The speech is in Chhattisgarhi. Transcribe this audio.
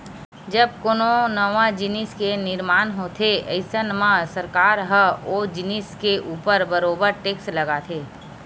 जब कोनो नवा जिनिस के निरमान होथे अइसन म सरकार ह ओ जिनिस के ऊपर बरोबर टेक्स लगाथे